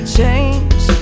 change